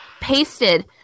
pasted